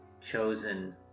chosen